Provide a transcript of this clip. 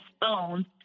phone